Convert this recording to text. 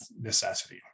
necessity